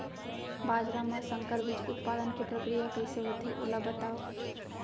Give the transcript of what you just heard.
बाजरा मा संकर बीज उत्पादन के प्रक्रिया कइसे होथे ओला बताव?